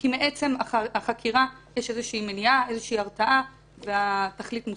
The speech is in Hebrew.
כי מעצם החקירה יש מניעה, יש הרתעה והתכלית מושגת.